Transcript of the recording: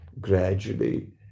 gradually